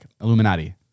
Illuminati